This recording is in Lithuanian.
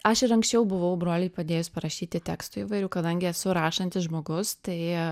aš ir anksčiau buvau broliui padėjus parašyti tekstų įvairių kadangi esu rašantis žmogus tai